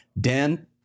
Dan